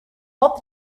pop